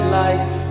life